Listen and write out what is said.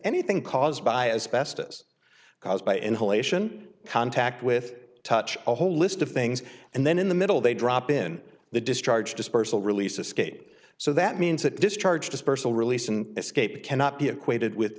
anything caused by as best as caused by inhalation contact with touch a whole list of things and then in the middle they drop in the discharge dispersal release escape so that means that discharge dispersal release and escape cannot be equated with